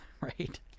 right